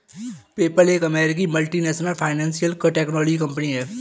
PayPal एक अमेरिकी multinational financial technology company है